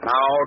Now